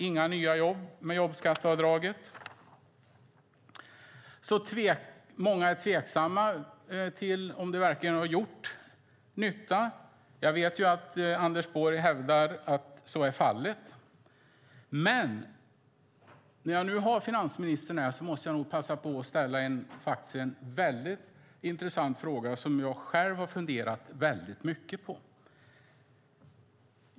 Inga nya jobb med jobbskatteavdraget, var deras slutsats. Det är många som är tveksamma till om det verkligen har gjort nytta. Jag vet dock att Anders Borg hävdar att så är fallet. När jag nu har finansministern här måste jag nog passa på att ställa en väldigt intressant fråga som jag själv har funderat mycket över.